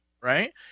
right